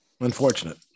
unfortunate